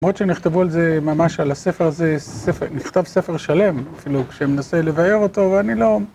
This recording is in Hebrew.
‫למרות שנכתבו על זה ממש, ‫על הספר הזה נכתב ספר שלם, ‫אפילו שמנסה לבאר אותו, ‫ואני לא...